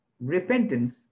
repentance